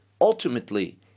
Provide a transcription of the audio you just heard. Ultimately